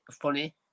funny